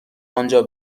آنجا